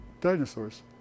dinosaurs